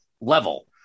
level